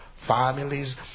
Families